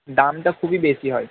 দামটা খুবই বেশি হয়